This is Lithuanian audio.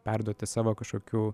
perduoti savo kažkokių